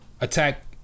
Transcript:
attack